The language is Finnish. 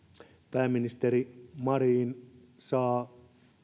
pääministeri marin saa